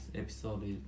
episode